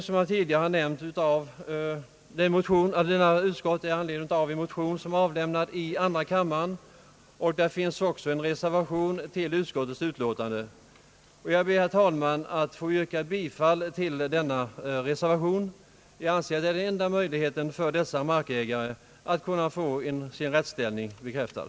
Som jag tidigare nämnt har i anledning av detta ärende avlämnats en motion i andra kammaren, och det finns även en reservation till utskottsutlåtandet. Jag ber, herr talman, att få yrka bifall till denna reservation. Jag anser att ett bifall därtill ger den enda möjligheten för dessa markägare att få sin rättsställning bekräftad.